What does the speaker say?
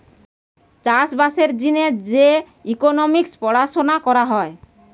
চাষ বাসের জিনে যে ইকোনোমিক্স পড়াশুনা করা হয়